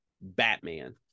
batman